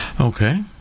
Okay